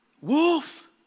Wolf